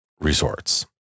resorts